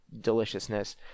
deliciousness